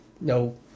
no